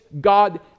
God